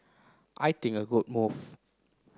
I think a good move